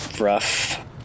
rough